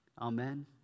Amen